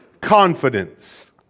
confidence